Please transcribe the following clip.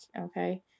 okay